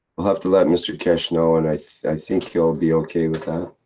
we'll have to let mr keshe know and i, i think he'll be okay with that.